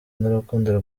n’urukundo